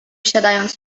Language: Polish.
siadając